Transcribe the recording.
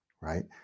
right